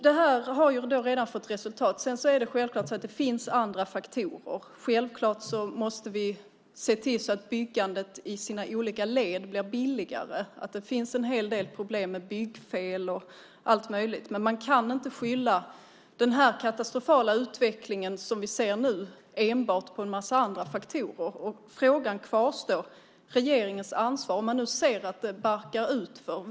Det här har redan fått resultat. Det är självklart så att det finns andra faktorer. Självklart måste vi se till att byggandet i sina olika led blir billigare. Det finns en hel del problem med byggfel och så vidare. Den här katastrofala utvecklingen kan inte skyllas enbart på en mängd andra faktorer. Frågan om regeringens ansvar kvarstår.